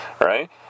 right